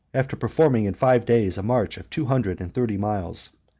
after performing in five days a march of two hundred and thirty miles.